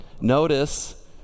Notice